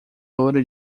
loira